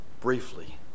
briefly